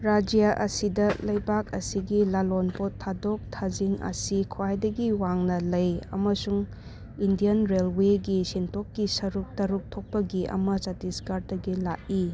ꯔꯥꯖ꯭ꯌꯥ ꯑꯁꯤꯗ ꯂꯩꯕꯥꯛ ꯑꯁꯤꯒꯤ ꯂꯂꯣꯟꯄꯣꯠ ꯊꯥꯗꯣꯛ ꯊꯥꯖꯤꯟ ꯑꯁꯤ ꯈ꯭ꯋꯥꯏꯗꯒꯤ ꯋꯥꯡꯅ ꯂꯩ ꯑꯃꯁꯨꯡ ꯏꯟꯗꯤꯌꯥꯟ ꯔꯦꯜꯋꯦꯒꯤ ꯁꯦꯟꯊꯣꯛꯀꯤ ꯁꯔꯨꯛ ꯇꯔꯨꯛ ꯊꯣꯛꯄꯒꯤ ꯑꯃ ꯆꯇꯤꯁꯒ꯭ꯔꯗꯒꯤ ꯂꯥꯛꯏ